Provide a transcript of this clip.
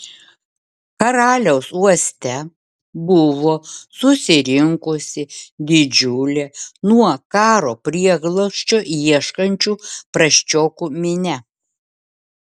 karaliaus uoste buvo susirinkusi didžiulė nuo karo prieglobsčio ieškančių prasčiokų minia